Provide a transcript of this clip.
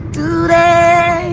today